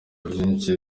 byinshi